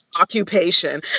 occupation